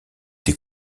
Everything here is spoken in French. des